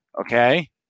Okay